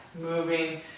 moving